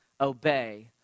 obey